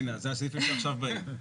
הנה, זה הסעיפים שעכשיו באים.